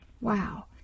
Wow